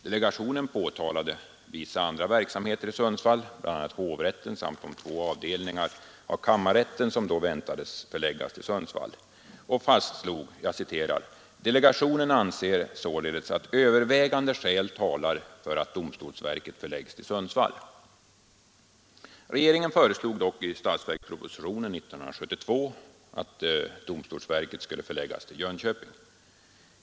Delegationen berörde vissa andra verksamheter i Sundsvall, bl.a. hovrätten samt de två avdelningar av kammarrätten som då väntades förläggas till Sundsvall, och fastslog följande: ”Delegationen anser således att övervägande skäl talar för att domstolsverket förläggs till Sundsvall.” Regeringen föreslog dock i statsverkspropositionen 1972 att domstolsverket skulle förläggas till Jönköping.